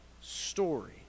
story